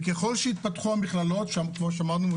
ככל שהתפתחו המכללות שהן כמו שאמרנו,